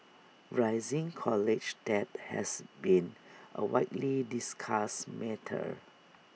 rising college debt has been A widely discussed matter